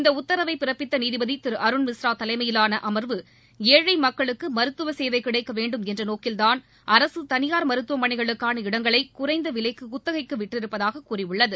இந்த உத்தரவை பிறப்பித்த நீதிபதி திரு அருண் மிஸ்ரா தலைமையிலான பெஞ்ச் ஏழை மக்களுக்கு மருத்துவ சேவை கிடைக்க வேண்டும் என்ற நோக்கில்தான் அரசு தனியார் மருத்துவமனைகளுக்கான இடங்களை குறைந்த விலைக்கு குத்தகைக்கு விட்டிருப்பதாக கூறியுள்ளது